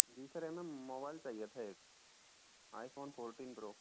जी sir mobile चाहिए था एक आइफोन फोर्टीन प्रो